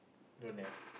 don't have